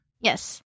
Yes